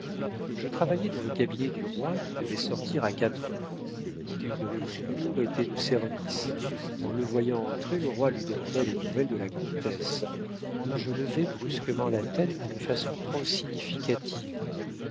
je travaillais dans le cabinet du roi qui devait sortir à quatre heures le duc de lenoncourt était de service en le voyant entrer le roi lui demanda des nouvelles de la comtesse je levai brusquement la tête d'une façon trop significative